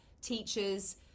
teachers